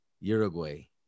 Uruguay